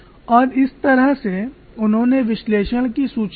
और इस तरह से उन्होंने विश्लेषण की सूचना दी